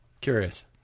Curious